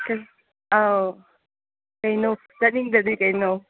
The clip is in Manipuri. ꯑꯥꯎ ꯀꯩꯅꯣ ꯆꯠꯅꯤꯡꯗꯗꯤ ꯀꯩꯅꯣ